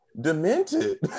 demented